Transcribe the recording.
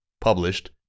Published